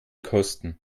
kosten